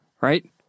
Right